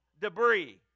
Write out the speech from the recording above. debris